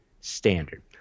standard